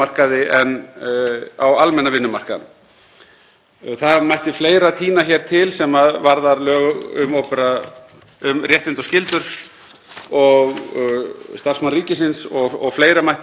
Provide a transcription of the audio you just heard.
starfsmanna ríkisins og fleira mætti fara út í sem ég ætla ekki að gera. En ég held að við þurfum að fylgjast með ábendingum af þessum toga og rétt í lokin ætla ég að segja að